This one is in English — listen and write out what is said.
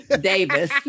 davis